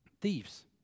Thieves